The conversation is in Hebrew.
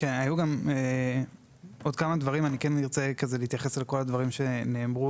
היו גם עוד כמה דברים; אני כן ארצה להתייחס לכל הדברים שנאמרו,